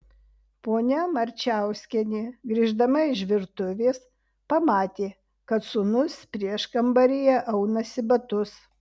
ponia marčiauskienė grįždama iš virtuvės pamatė kad sūnus prieškambaryje aunasi batus